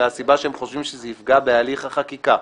מהסיבה שהם חושבים שזה יפגע בהליך החקיקה,